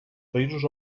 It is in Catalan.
països